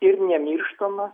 ir nemirštama